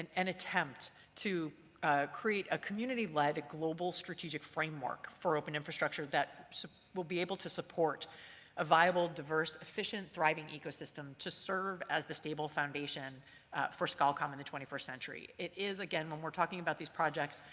an and attempt to create a community-led, global strategic framework for open infrastructure that will be able to support a viable, diverse, efficient, thriving ecosystem to serve as the stable foundation for schol comm in the twenty first century. it is, again, when we're talking about these projects,